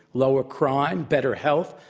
lower crime, better health,